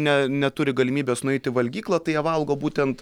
ne neturi galimybės nueiti į valgyklą tai jie valgo būtent